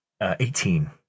18